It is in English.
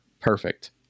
Perfect